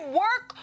work